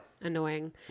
Annoying